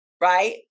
right